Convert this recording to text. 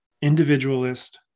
individualist